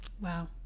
Wow